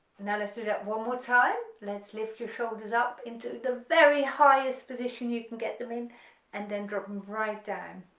now let's do that one more time let's lift your shoulders up into the very highest position you can get them in and then drop them right down,